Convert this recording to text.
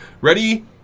Ready